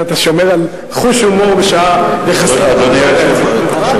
אתה שומר על חוש הומור בשעה יחסית מאוחרת.